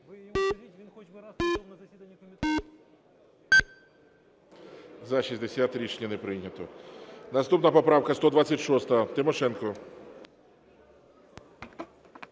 За-60 Рішення не прийнято. Наступна поправка 126, Тимошенко.